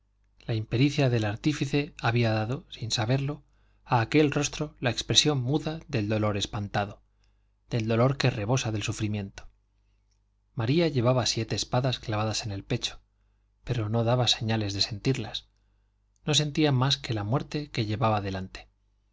la impericia del artífice había dado sin saberlo a aquel rostro la expresión muda del dolor espantado del dolor que rebosa del sufrimiento maría llevaba siete espadas clavadas en el pecho pero no daba señales de sentirlas no sentía más que la muerte que llevaba delante